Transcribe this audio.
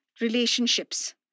relationships